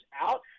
out